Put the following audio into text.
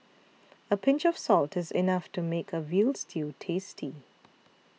a pinch of salt is enough to make a Veal Stew tasty